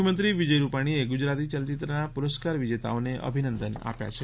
મુખ્યમંત્રી વિજય રૂપાણીએ ગુજરાતી ચલચિત્રના પુરસ્કાર વિજેતાઓને અભિનંદન આપ્યા છે